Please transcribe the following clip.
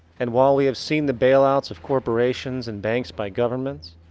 and while we have seen the bailouts of corporations and banks by governments,